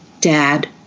Dad